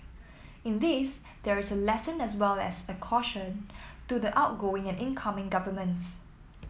in this there is a lesson as well as a caution to the outgoing and incoming governments